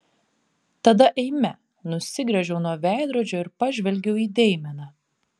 tada eime nusigręžiau nuo veidrodžio ir pažvelgiau į deimeną